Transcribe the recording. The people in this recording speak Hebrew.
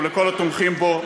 ולכל התומכים בו.